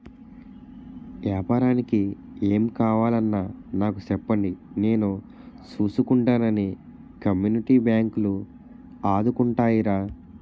ఏపారానికి ఏం కావాలన్నా నాకు సెప్పండి నేను సూసుకుంటానని కమ్యూనిటీ బాంకులు ఆదుకుంటాయిరా